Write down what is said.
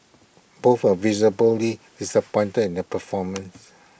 both were visibly disappointed in their performance